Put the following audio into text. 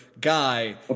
guy